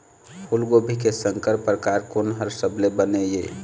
फूलगोभी के संकर परकार कोन हर सबले बने ये?